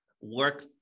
work